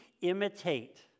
imitate